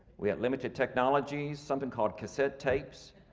we had limited technologies, something called cassette tapes.